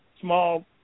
small